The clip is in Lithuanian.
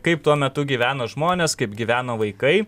kaip tuo metu gyveno žmonės kaip gyveno vaikai